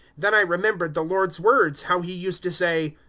then i remembered the lord's words, how he used to say,